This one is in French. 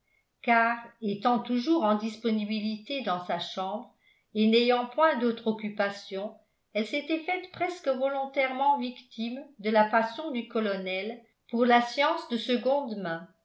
car étant toujours en disponibilité dans sa chambre et n'ayant point d'autre occupation elle s'était faite presque volontairement victime de la passion du colonel pour la science de